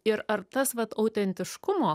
ir ar tas vat autentiškumo